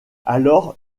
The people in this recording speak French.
alors